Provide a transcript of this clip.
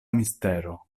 mistero